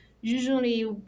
usually